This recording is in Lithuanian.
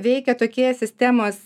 veikia tokie sistemos